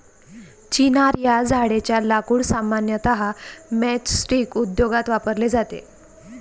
चिनार या झाडेच्या लाकूड सामान्यतः मैचस्टीक उद्योगात वापरले जाते